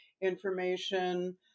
information